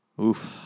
Oof